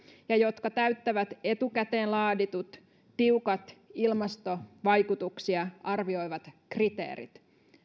ja jotka täyttävät etukäteen laaditut tiukat ilmastovaikutuksia arvioivat kriteerit